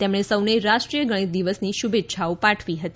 તેમણે સૌને રાષ્ટ્રીય ગણિત દિવસની શુભેચ્છાઓ પાઠવી હતી